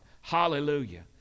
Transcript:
Hallelujah